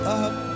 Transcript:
up